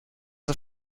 are